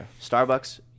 Starbucks